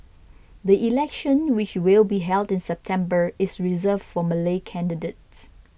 the election which will be held in September is reserved for Malay candidates